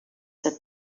said